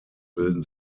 bilden